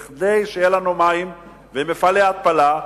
כדי שיהיו לנו מים ומפעלי התפלה,